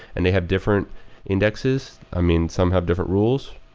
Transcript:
and they have different indexes. i mean, some have different rules,